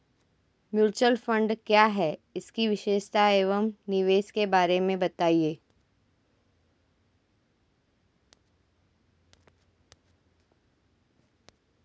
Mutual fund क्या है इसकी विशेषता व निवेश के बारे में बताइये?